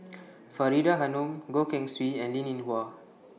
Faridah Hanum Goh Keng Swee and Linn in Hua